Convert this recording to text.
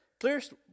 clearest